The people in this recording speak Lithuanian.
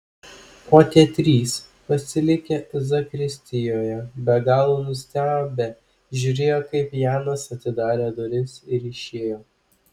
o tie trys pasilikę zakristijoje be galo nustebę žiūrėjo kaip janas atidarė duris ir išėjo